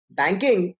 banking